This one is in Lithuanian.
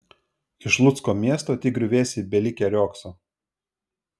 iš lucko miesto tik griuvėsiai belikę riogso